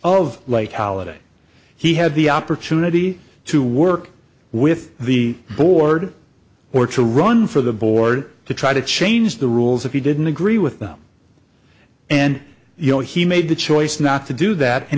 light holiday he had the opportunity to work with the board or to run for the board to try to change the rules if he didn't agree with them and you know he made the choice not to do that and